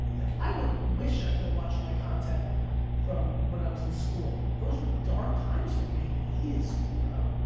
like i would've wished i could've watched my content from when i was in school. those were dark times for me. i hated school, bro.